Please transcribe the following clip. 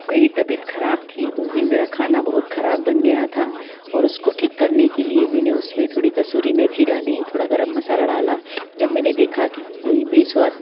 मेरी तबियत खराब थी उस दिन मेरा खाना बहुत खराब बन गया था और उसको ठीक करने के लिए मैंने उसमें थोड़ी कसूरी मैथी डाली थोडा गर्म मसाला डाला जब मैंने देखा कि कोई भी स्वाद